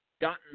gotten